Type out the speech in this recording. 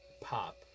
pop